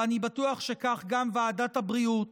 ואני בטוח שכך גם ועדת הבריאות,